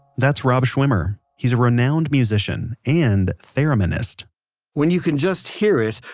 that's rob schwimmer. he's a renowned musician and thereminist when you can just hear it,